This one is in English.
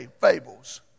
fables